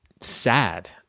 sad